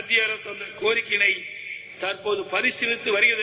மத்திய அரசு அந்தக் கோரிக்கையினை தற்போது பரிகீலித்து வருகிறது